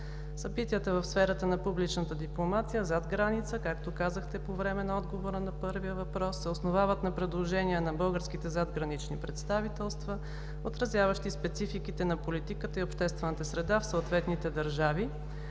Събитията в сферата на публичната дипломация зад граница, както казахте по време на отговора на първия въпрос, се основават на предложения на българските задгранични представителства, отразяващи спецификите на политиката и на обществената среда в съответните държави.